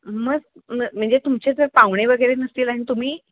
मग म्हणजे तुमचे जर पाहुणे वगैरे नसतील आणि तुम्ही